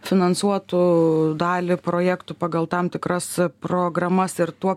finansuotų dalį projektų pagal tam tikras programas ir tuo